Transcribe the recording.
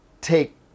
take